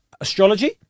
astrology